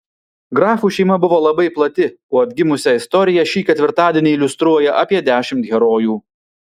grafų šeima buvo labai plati o atgimusią istoriją šį ketvirtadienį iliustruoja apie dešimt herojų